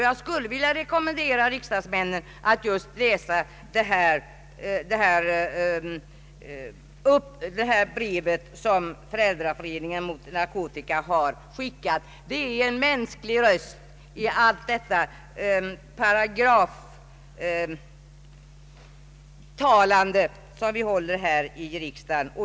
Jag rekommenderar riksdagsmännen att läsa detta brev från Föräldraföreningen mot narkotika. Det är en mänsklig röst jämfört med det paragraftalande som förekommer i riksdagen.